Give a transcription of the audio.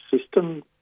system